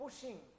pushing